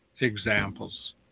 examples